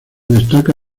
destaca